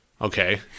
Okay